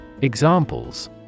Examples